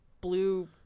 blue